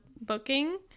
booking